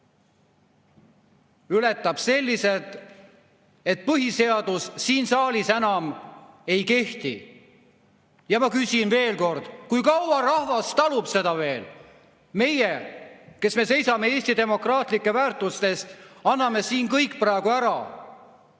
Ületab selliselt, et põhiseadus siin saalis enam ei kehti. Ma küsin veel kord: kui kaua rahvas seda veel talub? Meie, kes me seisame Eesti demokraatlike väärtuste eest, anname siin kõik praegu ära.